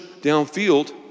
downfield